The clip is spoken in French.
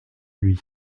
lui